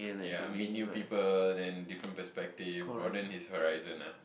yea meet new people then different perspective broaden his horizon ah